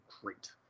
great